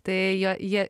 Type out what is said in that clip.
tai jo jie